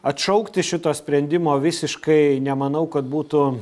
atšaukti šito sprendimo visiškai nemanau kad būtų